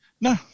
no